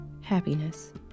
happiness